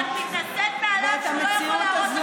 כי את מתנשאת מעליו והוא לא יכול להראות לך